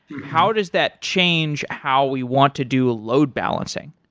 how does that change how we want to do load balancing?